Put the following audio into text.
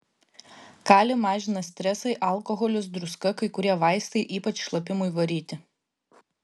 kalį mažina stresai alkoholis druska kai kurie vaistai ypač šlapimui varyti